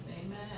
Amen